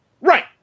right